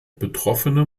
betroffene